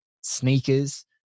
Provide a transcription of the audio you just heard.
sneakers